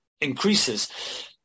increases